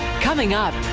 coming up.